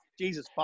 Jesus